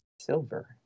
silver